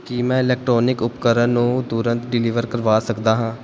ਕੀ ਮੈਂ ਇਲੈਕਟ੍ਰੋਨਿਕ ਉਪਕਰਨ ਨੂੰ ਤੁਰੰਤ ਡਿਲੀਵਰ ਕਰਵਾ ਸਕਦਾ ਹਾਂ